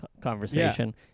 conversation